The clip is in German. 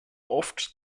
oft